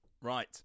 Right